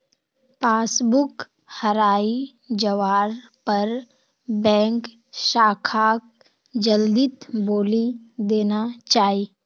passbook हराई जवार पर बैंक शाखाक जल्दीत बोली देना चाई